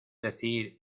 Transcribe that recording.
decir